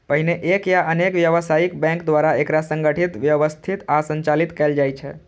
पहिने एक या अनेक व्यावसायिक बैंक द्वारा एकरा संगठित, व्यवस्थित आ संचालित कैल जाइ छै